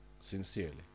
Sincerely